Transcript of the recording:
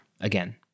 again